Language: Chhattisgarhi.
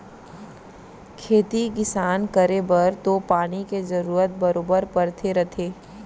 खेती किसान करे बर तो पानी के जरूरत बरोबर परते रथे